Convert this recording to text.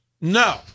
No